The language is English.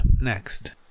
next